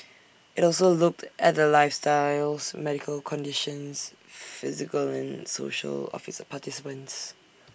IT also looked at the lifestyles medical conditions physical and social of its participants